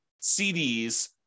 CDs